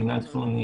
מינהל התכנון,